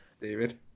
David